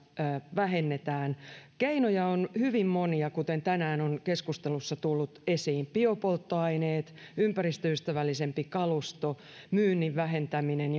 vähennetään keinoja on hyvin monia kuten tänään on keskustelussa tullut esiin biopolttoaineet ympäristöystävällisempi kalusto myynnin vähentäminen